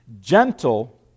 gentle